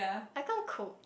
I can't cook